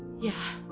yeah.